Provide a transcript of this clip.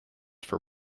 for